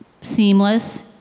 seamless